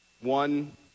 one